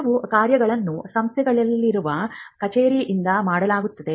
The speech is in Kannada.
ಕೆಲವು ಕಾರ್ಯಗಳನ್ನು ಸಂಸ್ಥೆಯಲ್ಲಿರುವ ಕಚೇರಿಯಿಂದ ಮಾಡಲಾಗುತ್ತದೆ